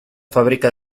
fábrica